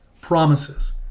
promises